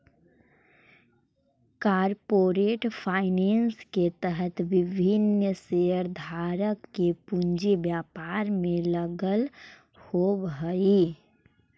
corporate finance के तहत विभिन्न शेयरधारक के पूंजी व्यापार में लगल होवऽ हइ